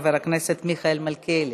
חבר הכנסת מיכאל מלכיאלי.